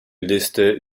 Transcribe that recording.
liste